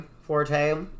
forte